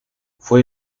fue